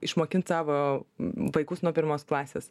išmokint savo vaikus nuo pirmos klasės